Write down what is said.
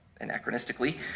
anachronistically